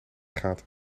gaat